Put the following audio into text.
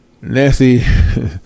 Nancy